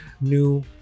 new